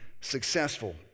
successful